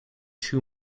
two